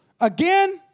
Again